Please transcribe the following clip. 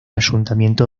ayuntamiento